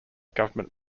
government